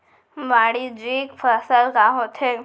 वाणिज्यिक फसल का होथे?